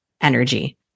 energy